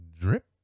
drip